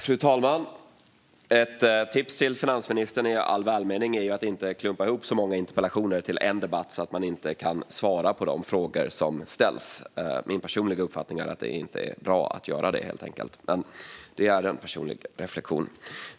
Fru talman! Ett tips i all välmening till finansministern är att inte klumpa ihop så många interpellationer till en debatt så att han inte hinner svara på de frågor som ställs. Min uppfattning är att det inte är bra att göra så, men det är min personliga reflektion.